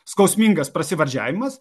skausmingas prasivardžiavimas